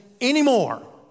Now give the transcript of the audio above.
anymore